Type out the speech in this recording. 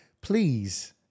Please